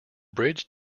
bridge